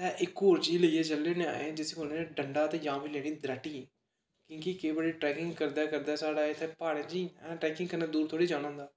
ते इक होर चीज लेइयै चलने होन्ने असें जिसी बोलने डंडा ते जां फिर लेनी दराटी क्योंकि केईं बारी ट्रैकिंग करदे करदे साढ़े इत्थें प्हाड़ें च दूर थोह्ड़ी जाना होंदा